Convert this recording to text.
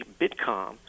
BitCom